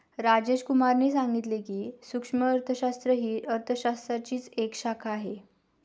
राजेश कुमार ने सांगितले की, सूक्ष्म अर्थशास्त्र ही अर्थशास्त्राचीच एक शाखा आहे